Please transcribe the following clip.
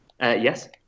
Yes